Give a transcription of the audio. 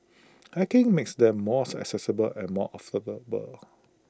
hacking makes them more accessible and more